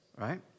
Right